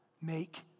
Make